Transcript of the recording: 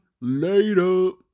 Later